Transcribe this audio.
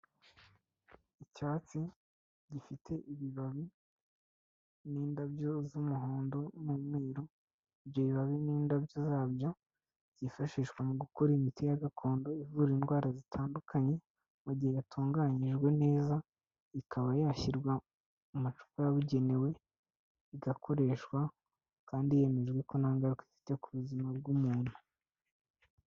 Icyatsi, gifite ibibabi n'indabyo z'umuhondo n'umweru, ibyo bibabi n'indabyo zabyo byifashishwa mu gukora imiti y' agakondo ivura indwara zitandukanye, mu gihe yatunganyijwe neza, ikaba yashyirwa mu macupa yabugenewe, igakoreshwa kandi hemejwe ko nta ngaruka ifite ku buzima bw'umuntu.